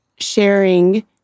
sharing